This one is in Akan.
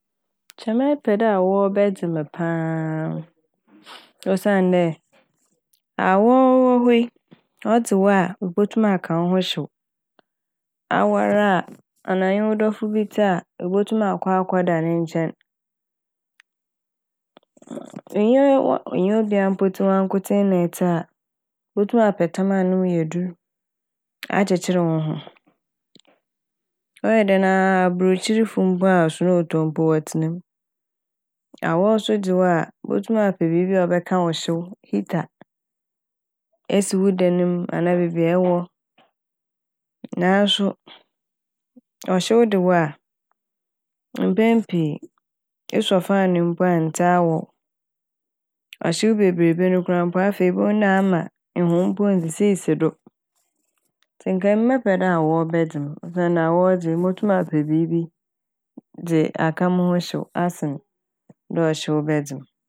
Nkyɛ mɛpɛ dɛ awɔw bɛdze me paa osiandɛ awɔw wɔ hɔ yi ɔdze wo a ibotum aka wo ho hyew. Awar a ana enye wo dɔfo bi tse a ebotum akɔ akɔda ne nkyɛn nnyi wo- obi a mpo wanko- wankotsee na etse a botum apɛ tam a no mu yedur akyekyeer wo ho ɔyɛ dɛn aa aborɔkyirfo mpo a "snow" tɔ mpo wɔ tsena m'. Awɔw so dze wo botum apɛ biibi ɔbɛka wo hyew " heater" esi wo dan mu anaa beebi a ɛwɔ naaso ɔhyew de wo a mpɛn pii esɔ "fan" mpo a enntse awɔw, ɔhyew bebreebe no koraa mpo ama ehom mpo a onnsisiisisi do ntsi nkɛ emi mɛpɛ dɛ awɔw bɛdze m' osiandɛ awɔw dze motum apɛ biibi dze aka mo ho hyew asen dɛ ɔhyew bɛdze m'.